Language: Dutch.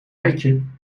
petje